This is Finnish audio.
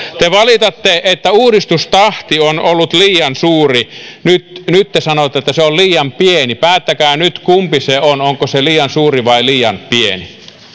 te valitatte että uudistustahti on ollut liian suuri nyt nyt te sanotte että se on liian pieni päättäkää nyt kumpi se on onko se liian suuri vai liian pieni